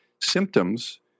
Symptoms